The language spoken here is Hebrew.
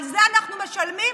על זה אנחנו משלמים,